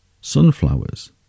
sunflowers